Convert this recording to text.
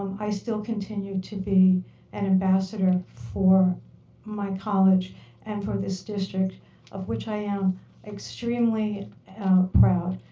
um i still continue to be an ambassador for my college and for this district of which i am extremely proud.